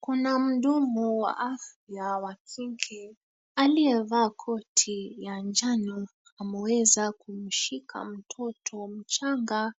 Kuna mhudumu wa afya wa kike aliyevaa koti ya njano ameweza kumshika mtoto mchanga